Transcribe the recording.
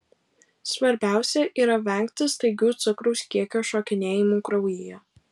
svarbiausia yra vengti staigių cukraus kiekio šokinėjimų kraujyje